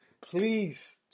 Please